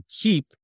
keep